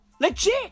Legit